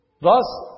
Thus